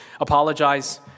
apologize